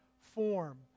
form